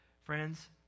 Friends